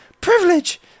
privilege